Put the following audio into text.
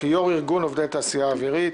כיושב-ראש ארגון עובדי התעשייה האווירית,